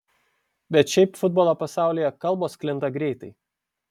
bet šiaip futbolo pasaulyje kalbos sklinda greitai